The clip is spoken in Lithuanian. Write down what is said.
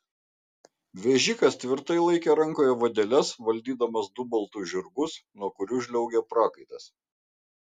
vežikas tvirtai laikė rankoje vadeles valdydamas du baltus žirgus nuo kurių žliaugė prakaitas